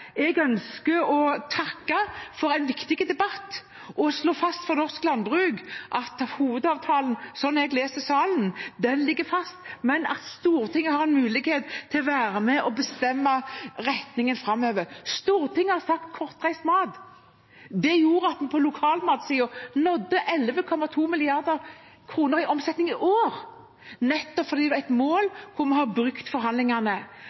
Jeg ønsker å takke for en viktig debatt og slå fast for norsk landbruk at hovedavtalen, sånn jeg leser salen, ligger fast, men at Stortinget har en mulighet til å være med og bestemme retningen framover. Stortinget har sagt kortreist mat. Det gjorde at en på lokalmatsiden nådde 11,2 mrd. kr i omsetning i år, nettopp fordi det var et mål, og vi har brukt forhandlingene.